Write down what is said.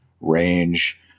range